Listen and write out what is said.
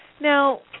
Now